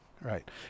right